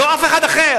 לא אף אחד אחר.